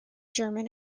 german